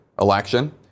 election